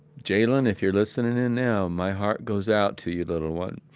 jaylon, if you're listenin' and and now, my heart goes out to you, little one.